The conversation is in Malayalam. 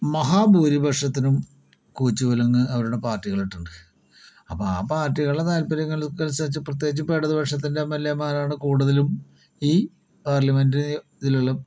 മഹാഭൂരിപക്ഷത്തിനും കൂച്ചുവിലങ്ങ് അവരുടെ പാർട്ടികൾ ഇട്ടിട്ടുണ്ട് അപ്പോൾ ആ പാർട്ടികളുടെ താൽപര്യങ്ങൾക്ക് അനുസരിച്ച് പ്രത്യേകിച്ച് ഇപ്പോൾ ഇടതുപക്ഷത്തിൻ്റെ എം എൽ എമാരാണ് കൂടുതലും ഈ പാർലമെൻറ് ഇതിലുള്ള